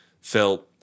felt